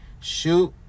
Shoot